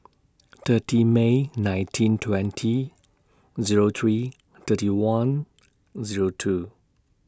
thirty May nineteen twenty Zero three thirty one Zero two